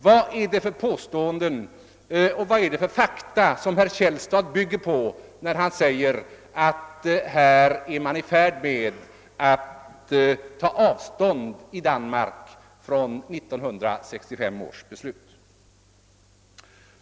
Vad är det för fakta som herr Källstad bygger på när han påstår att man i Danmark är i färd med att ta avstånd från 1965 års beslut?